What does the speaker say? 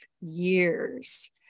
years